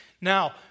Now